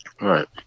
Right